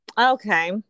Okay